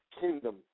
kingdom